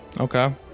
Okay